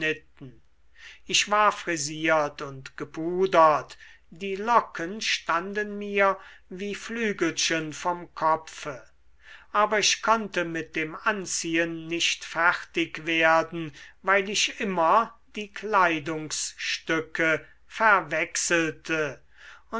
ich war frisiert und gepudert die locken standen mir wie flügelchen vom kopfe aber ich konnte mit dem anziehen nicht fertig werden weil ich immer die kleidungsstücke verwechselte